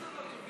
לסעיף